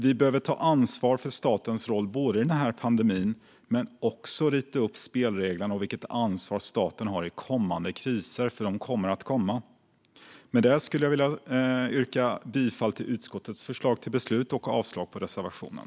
Vi behöver ta ansvar för statens roll i den här pandemin, men också rita upp spelreglerna och ange vilket ansvar staten har i kommande kriser, för de kommer att komma. Med det skulle jag vilja yrka bifall till utskottets förslag till beslut och avslag på reservationen.